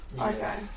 Okay